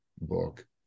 book